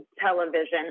television